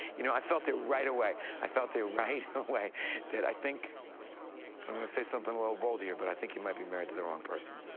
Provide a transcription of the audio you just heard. you know, i felt it right away. i felt it right away that i think i'm gonna say something a little bold here. but i think you might be married to the wrong person.